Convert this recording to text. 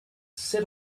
sit